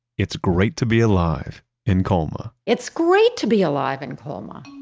it's great to be alive in colma. it's great to be alive in colma